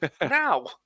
now